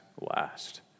last